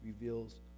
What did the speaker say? reveals